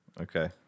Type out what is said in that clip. Okay